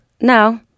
no